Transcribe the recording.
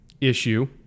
issue